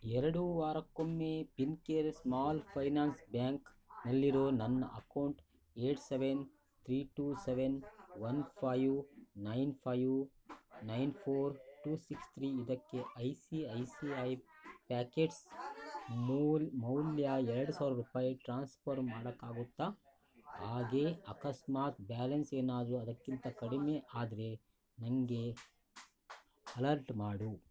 ಎರಡು ವಾರಕ್ಕೊಮ್ಮೆ Fincare small finance ಬ್ಯಾಂಕ್ನಲ್ಲಿರೋ ನನ್ನ account eight seven three two seven one five nine five nine four two six three ಇದಕ್ಕೆ I C I C I packets ಮೂಲ್ ಮೌಲ್ಯ ಎರಡು ಸಾವಿರ ರೂಪಾಯ್ ಟ್ರಾನ್ಸ್ಫರ್ ಮಾಡಕ್ಕಾಗುತ್ತಾ ಹಾಗೆ ಅಕಸ್ಮಾತ್ ಬ್ಯಾಲೆನ್ಸ್ ಏನಾದರೂ ಅದಕ್ಕಿಂತ ಕಡಿಮೆ ಆದರೆ ನನಗೆ ಅಲರ್ಟ್ ಮಾಡು